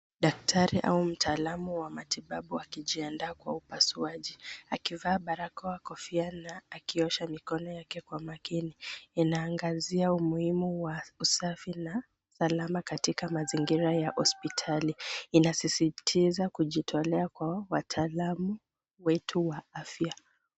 Daktari au mtaalamu wa matibabu akijiandaa kwa upasuaji akivaa barakoa, kofia na akiosha mikono yake kwa makini. Inaangazia umuhimu wa usafi na salama katika mazingira ya hospitali. Inasisitiza kujitolea kwa wataalamu wetu wa afya.